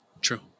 True